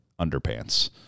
underpants